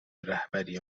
رهبری